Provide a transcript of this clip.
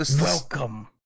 Welcome